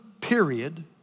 period